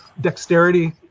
dexterity